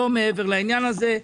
לא מעבר לעניין הזה.